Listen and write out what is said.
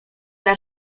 dla